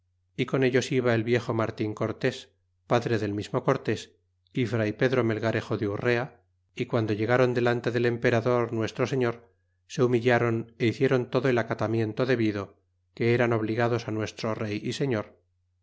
y con ellos iba el viejo martin cortés padre del mismo cortés y fray pedro melgarejo de urrea y guando llegaron delante del emperador nuestro señor se humillaron é hicieron todo el acatamiento debido que eran obligados nuestro rey y señor